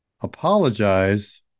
apologize